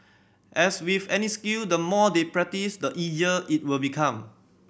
as with any skill the more they practise the easier it will become